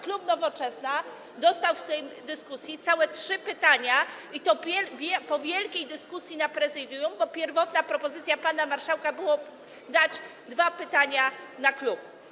Klub Nowoczesna dostał w tej dyskusji całe trzy pytania, i to po wielkiej dyskusji na posiedzeniu Prezydium, bo pierwotną propozycją pana marszałka były dwa pytania na klub.